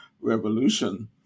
revolution